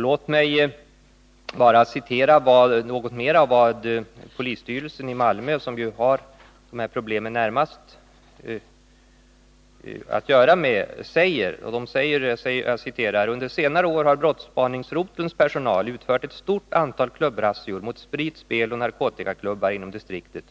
Låt mig citera något mera av vad polisstyrelsen i Malmö säger, som ju närmast har att göra med de här problemen: 39 genheter att ingripa mot viss brottslighet ”Under senare år har brottsspaningsrotelns personal utfört ett stort antal klubbrazzior mot sprit-, speloch narkotikaklubbar inom distriktet,